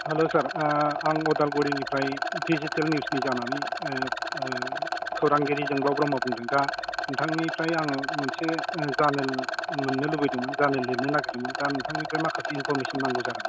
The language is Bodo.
हेल्ल' सार आं अदालगुरिनिफ्राय डिजिटेल निउसनि जानानै खौरांगिरि जोंदाव ब्रह्म बुंदों दा नोंथांनिफ्राय आङो मोनसे जार्नेल मोननो लुबैदोंमोन जार्नेल लिरनो नागिरदोंमोन दा नोंथांनिफ्राय माखासे इनफ'रमेसन नांगौ जादों